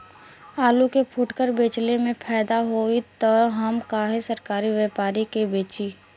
आलू के फूटकर बेंचले मे फैदा होई त हम काहे सरकारी व्यपरी के बेंचि?